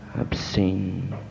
obscene